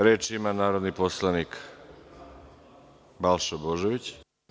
Reč ima narodni poslanik Balša Božović.